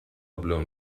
blown